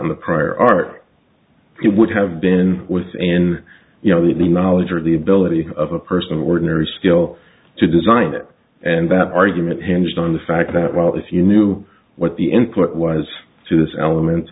in the prior art it would have been within you know the knowledge or the ability of a person of ordinary skill to design it and that argument hinged on the fact that well if you knew what the input was to this element